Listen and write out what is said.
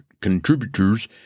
contributors